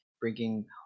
bringing